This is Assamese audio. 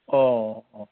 অঁ অঁ